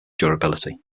durability